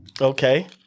Okay